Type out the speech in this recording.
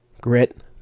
grit